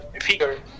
figure